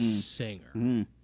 singer